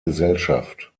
gesellschaft